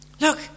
Look